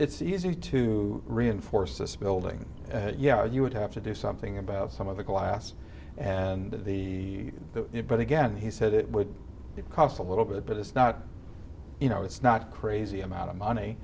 it's easy to reinforce this building yeah you would have to do something about some of the glass and the but again he said it would cost a little bit but it's not you know it's not crazy amount of money